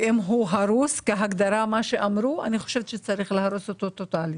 והוא הרוס לפי ההגדרה שאמרו אני חושבת שצריך להרוס אותו טוטאלית.